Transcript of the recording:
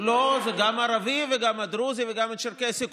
לא, זה גם הערבי, גם הדרוזי וגם הצ'רקסי.